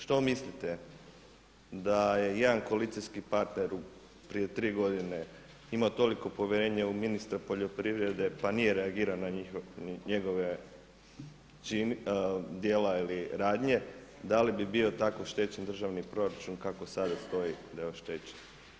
Što mislite da je jedan koalicijski partner prije tri godine imao toliko povjerenje u ministra poljoprivrede pa nije reagirao na njegova djela ili radnje da li bi bio tako oštećen državni proračun kako sada stoji da je oštećen?